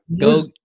go